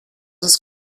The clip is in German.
ist